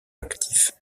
actif